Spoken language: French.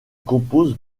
compose